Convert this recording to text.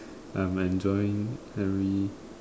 I'm enjoying every